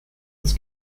das